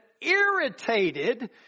irritated